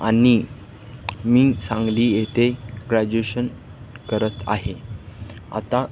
आणि मी सांगली येथे ग्रॅज्युएशन करत आहे आता